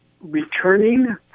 returning